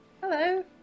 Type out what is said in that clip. Hello